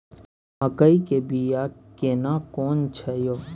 मकई के बिया केना कोन छै यो?